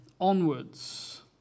onwards